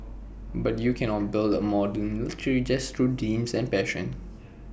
but you cannot build A modern military just through dreams and passion